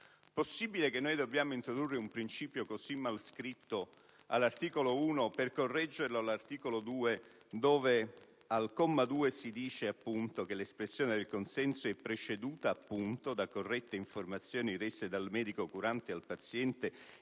Possibile che dobbiamo introdurre un principio così mal scritto all'articolo 1 per correggerlo all'articolo 2, dove al comma 2 si dice appunto che l'espressione del consenso è preceduta appunto da corrette informazioni rese dal medico curante al paziente,